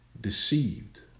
deceived